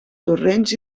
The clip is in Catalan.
torrents